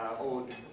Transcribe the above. old